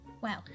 Wow